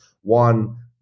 One